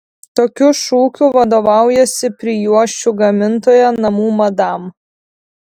tokiu šūkiu vadovaujasi prijuosčių gamintoja namų madam